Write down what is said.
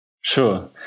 Sure